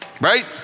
Right